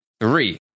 three